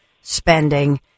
spending